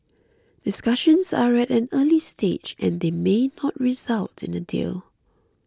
discussions are at an early stage and they may not result in a deal